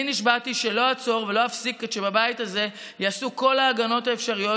אני נשבעתי שלא אעצור ולא אפסיק עד שבבית הזה ייעשו כל ההגנות האפשריות,